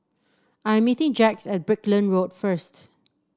I'm meeting Jax at Brickland Road first